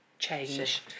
change